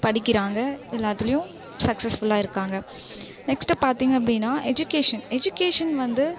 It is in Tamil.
படிக்கிறாங்கள் எல்லாத்திலயும் சக்சஸ்ஃபுல்லாக இருக்காங்கள் நெக்ஸ்ட்டு பார்த்திங்க அப்படினா எஜுகேஷன் எஜுகேஷன் வந்து